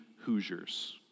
Hoosiers